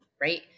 right